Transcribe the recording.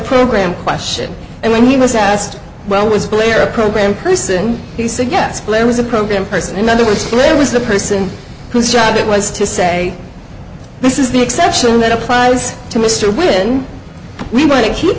program question and when he was asked well was player a program person he said yes player was a program person in other words where was the person whose job it was to say this is the exception that applies to mr when we want to keep